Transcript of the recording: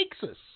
Texas